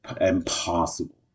impossible